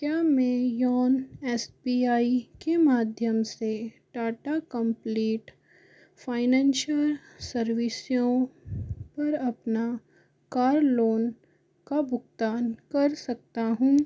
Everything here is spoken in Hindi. क्या मैं योन एस बी आई के माध्यम से टाटा कंप्लीट फाइनेंशयल सर्विसयो पर अपना कार लोन का भुगतान कर सकता हूँ